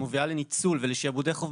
שמביאה לניצול ולשיעבודי חוב,